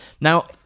now